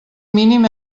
mínim